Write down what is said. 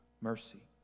mercy